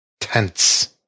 tense